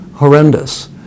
horrendous